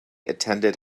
attended